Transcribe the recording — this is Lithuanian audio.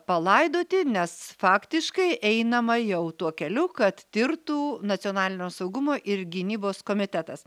palaidoti nes faktiškai einama jau tuo keliu kad tirtų nacionalinio saugumo ir gynybos komitetas